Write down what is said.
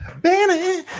Benny